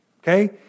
Okay